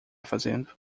fazendo